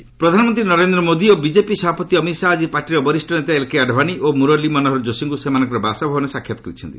PM Advani ପ୍ରଧାନମନ୍ତ୍ରୀ ନରେନ୍ଦ୍ର ମୋଦି ଓ BJP ସଭାପତି ଅମିତ ଶାହା ଆଜି ପାର୍ଟିର ବରିଷ୍ଣ ନେତା ଏଲ୍କେ ଆଡ଼ଭାନୀ ଓ ମୁର୍ଲୀ ମନୋହର ଯୋଶୀଙ୍କୁ ସେମାନଙ୍କର ବାସଭବନରେ ସାକ୍ଷାତ କରିଛନ୍ତି